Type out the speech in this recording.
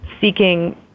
seeking